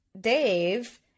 Dave